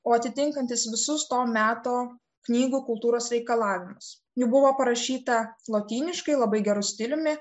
o atitinkantis visus to meto knygų kultūros reikalavimus ji buvo parašyta lotyniškai labai geru stiliumi